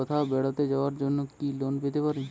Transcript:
কোথাও বেড়াতে যাওয়ার জন্য কি লোন পেতে পারি?